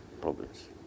problems